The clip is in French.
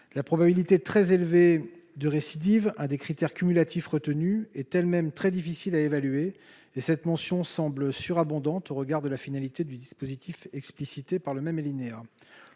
La « probabilité très élevée de récidive », un des critères cumulatifs retenus, est elle-même très compliquée à évaluer, et cette mention semble surabondante au regard de la finalité du dispositif explicité par le même alinéa.